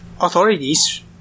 authorities